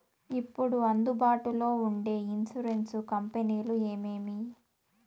ఇప్పుడు అందుబాటులో ఉండే ఇన్సూరెన్సు కంపెనీలు ఏమేమి?